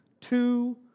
two